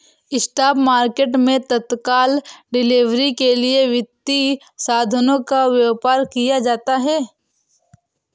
spot market मैं तत्काल delivery के लिए वित्तीय साधनों का व्यापार किया जाता है